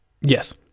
Yes